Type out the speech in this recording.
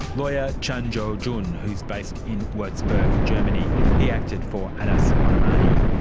lawyer chan jo jun, who's based in wurzburg, germany. he acted for anas modamani.